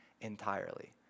entirely